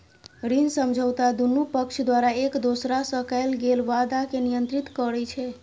ऋण समझौता दुनू पक्ष द्वारा एक दोसरा सं कैल गेल वादा कें नियंत्रित करै छै